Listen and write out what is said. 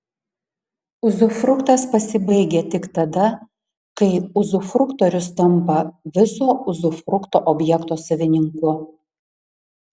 uzufruktas pasibaigia tik tada kai uzufruktorius tampa viso uzufrukto objekto savininku